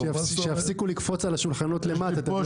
כשיפסיקו לקפוץ על השולחנות למטה תביא אותם לפה.